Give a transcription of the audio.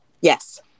yes